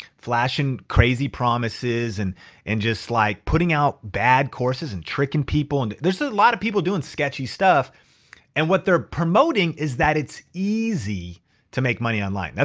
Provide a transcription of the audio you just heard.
flashing crazy promises. and and just like putting out bad courses and tricking people. and there's a lot of people doing sketchy stuff and what they're promoting is that it's easy to make money online.